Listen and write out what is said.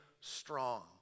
strong